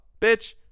bitch